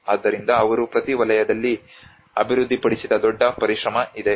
ಆದ್ದರಿಂದ ಅವರು ಪ್ರತಿ ವಲಯದಲ್ಲಿ ಅಭಿವೃದ್ಧಿಪಡಿಸಿದ ದೊಡ್ಡ ಪರಿಶ್ರಮ ಇದೆ